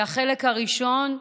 החלק הראשון,